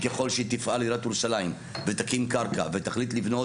וככל שתפעל עיריית ירושלים ותקים קרקע ותחליט לבנות,